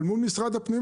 אבל מול משרד הפנים,